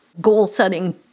goal-setting